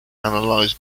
analyze